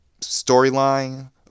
storyline